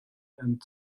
and